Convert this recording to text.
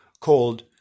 called